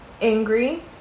angry